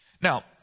Now